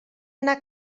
anar